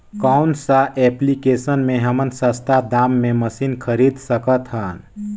कौन सा एप्लिकेशन मे हमन सस्ता दाम मे मशीन खरीद सकत हन?